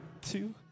two